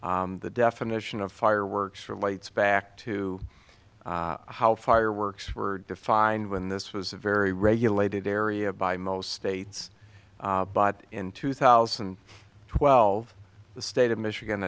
the definition of fireworks relates back to how fireworks were defined when this was a very regulated area by most states but in two thousand and twelve the state of michigan